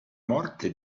morte